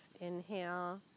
inhale